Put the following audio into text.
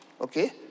okay